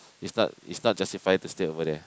is not is not justify to stay over there